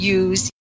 use